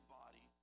body